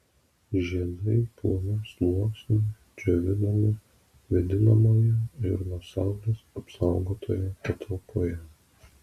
žiedai plonu sluoksniu džiovinami vėdinamoje ir nuo saulės apsaugotoje patalpoje